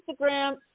Instagram